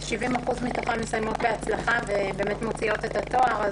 70% מתוכן מסיימות בהצלחה ומוציאות את התואר.